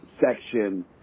section